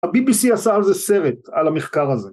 ‫הBBC עשה על זה סרט, ‫על המחקר הזה.